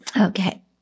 Okay